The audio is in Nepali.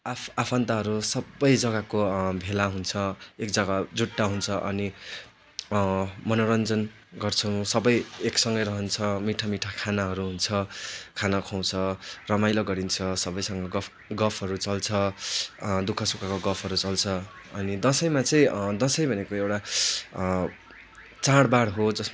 आफआफन्तहरू सबै जग्गाको भेला हुन्छ एक जग्गा जुट्टा हुन्छ अनि मनोरञ्जन गर्छौँ सबै एकसँगै रहन्छ मिठा मिठा खानाहरू हुन्छ खाना खुवाउँछ रमाइलो गरिन्छ सबैसँग गफ गफहरू चल्छ दुखः सुखको गफहरू चल्छ अनि दसैँमा चाहिँ दसैँ भनेको एउटा चाँडबाँड हो जसमा